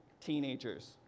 teenagers